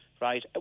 right